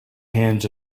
hands